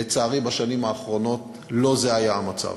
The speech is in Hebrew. לצערי, בשנים האחרונות לא זה היה המצב.